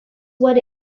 what